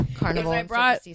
carnival